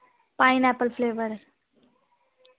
pineapple flavor